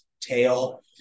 tail